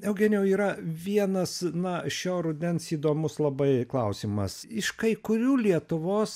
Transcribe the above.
eugenijau yra vienas na šio rudens įdomus labai klausimas iš kai kurių lietuvos